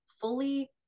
fully